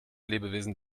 lebewesen